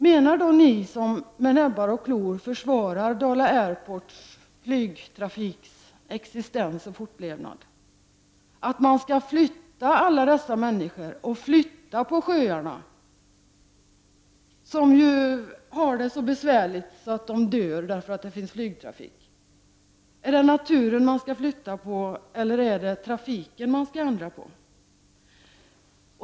Menar då ni som med näbbar och klor försvarar Dala Airports flygtrafiks expansion och fortlevnad att man skall flytta alla dessa människor eller flytta på sjöarna, som ju har det så besvärligt och dör därför att det finns flygtrafik? Är det naturen som skall flyttas, eller är det trafiken som skall ändras?